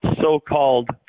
so-called